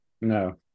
No